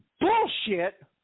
bullshit